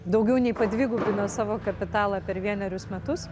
daugiau nei padvigubino savo kapitalą per vienerius metus